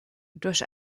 durch